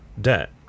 debt